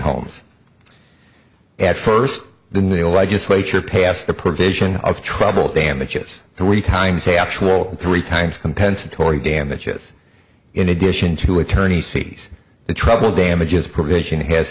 homes at first then the legislature passed the provision of trouble damages three times a actual three times compensatory damages in addition to attorney's fees the trouble damages provision has